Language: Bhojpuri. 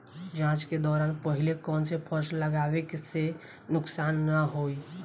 जाँच के दौरान पहिले कौन से फसल लगावे से नुकसान न होला?